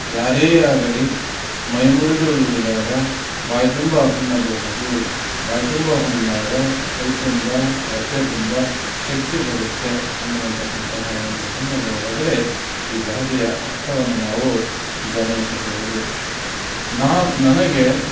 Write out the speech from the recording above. ಯಾರೇ ಆಗಲಿ ಮೈ ಮುರಿದು ದುಡಿದಾಗ ಬಾಯಿ ತುಂಬಾ ಉಣ್ಣಬಹುದು ಬಾಯಿ ತುಂಬಾ ಉಂಡಾಗ ಕೈ ತುಂಬಾ ರಟ್ಟೆ ತುಂಬಾ ಶಕ್ತಿ ಬರುತ್ತೆ ಅನ್ನುವಂತಕ್ಕಂತಹ ಒಂದು ಹಿನ್ನೆಲೆ ಒಳಗಡೆ ಈ ಗಾದೆಯ ಅರ್ಥವನ್ನು ನಾವು ಗಮನಿಸಬಹುದು ನಾವು ನನಗೆ